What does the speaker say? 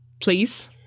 Please